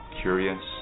curious